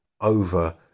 over